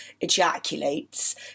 ejaculates